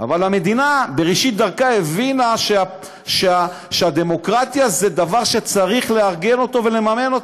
אבל המדינה בראשית דרכה הבינה שהדמוקרטיה זה דבר שצריך לארגן ולממן,